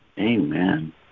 Amen